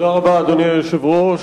תודה רבה, אדוני היושב-ראש.